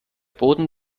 boden